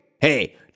Hey